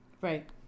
right